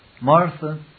Martha